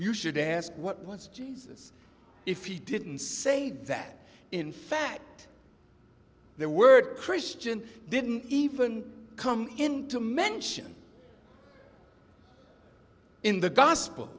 you should ask what was jesus if he didn't say that in fact they were christian didn't even come into mention in the gospel